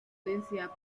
densidad